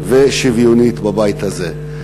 ושוויונית בבית הזה.